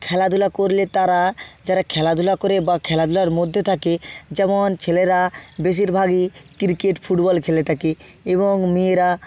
খেলাধুলা করলে তারা যারা খেলাধুলা করে বা খেলাধুলার মধ্যে থাকে যেমন ছেলেরা বেশিরভাগই ক্রিকেট ফুটবল খেলে থাকে এবং মেয়েরা